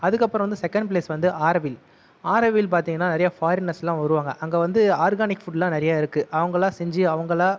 அதுக்கு அப்புறம் வந்து செகண்ட் பிளேஸ் வந்து ஆரவில் ஆரவில் பார்த்தீங்கன்னா நிறையா ஃபாரினர்ஸெல்லாம் வருவாங்க அங்கே வந்து ஆர்கானிக் ஃபுட்டெல்லாம் நிறையா இருக்குது அவங்களா செஞ்சு அவங்களா